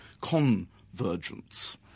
convergence